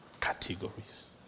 categories